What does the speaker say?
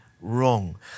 wrong